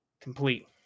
complete